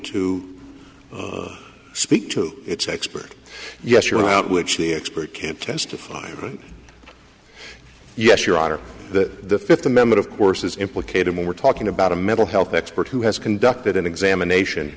to speak to its expert yes your without which the expert can't testify yes your honor the fifth the member of course is implicated when we're talking about a mental health expert who has conducted an examination